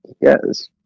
Yes